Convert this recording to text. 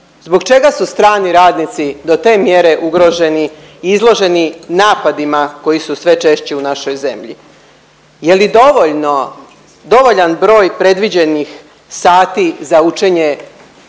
Zbog čega su strani radnici do te mjere ugroženi i izloženi napadima koji su sve češće u našoj zemlji? Je li dovoljno, dovoljan broj predviđenih sati za učenje